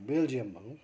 Belgium भनौँ